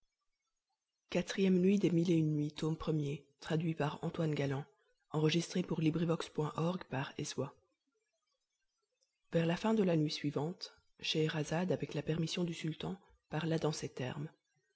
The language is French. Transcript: vers la fin de la nuit suivante dinarzade avec la permission du sultan parla dans ces termes